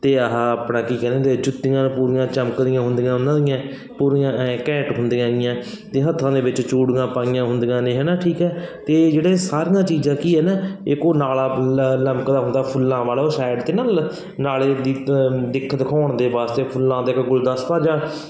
ਅਤੇ ਆਹ ਆਪਣਾ ਕੀ ਕਹਿੰਦੇ ਜੁੱਤੀਆਂ ਪੂਰੀਆਂ ਚਮਕਦੀਆਂ ਹੁੰਦੀਆਂ ਉਹਨਾਂ ਦੀਆਂ ਪੂਰੀਆਂ ਘੈਂਟ ਹੁੰਦੀਆਂ ਹੈਗੀਆਂ ਅਤੇ ਹੱਥਾਂ ਦੇ ਵਿੱਚ ਚੂੜੀਆਂ ਪਾਈਆਂ ਹੁੰਦੀਆਂ ਨੇ ਹੈ ਨਾ ਠੀਕ ਹੈ ਅਤੇ ਜਿਹੜੇ ਸਾਰੀਆਂ ਚੀਜ਼ਾਂ ਕੀ ਹੈ ਨਾ ਇੱਕ ਉਹ ਨਾਲਾ ਬੁਲ ਲਮਕਦਾ ਹੁੰਦਾ ਫੁੱਲਾਂ ਵਾਲਾ ਉਹ ਸਾਈਡ 'ਤੇ ਨਾ ਨਾਲੇ ਦੀ ਦਿੱਕਤ ਦਿੱਖ ਦਿਖਾਉਣ ਦੇ ਵਾਸਤੇ ਫੁੱਲਾਂ ਦਾ ਇੱਕ ਗੁਲਦਸਤਾ ਜਿਹਾ